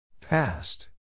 Past